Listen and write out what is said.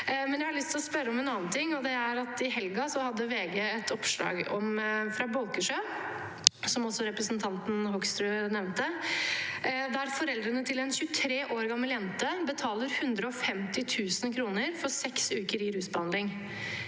Jeg har lyst til å spørre om en annen ting. I helgen hadde VG et oppslag fra Bolkesjø, som også representanten Hoksrud nevnte, der foreldrene til en 23 år gammel jente betaler 150 000 kr for seks uker i rusbehandling.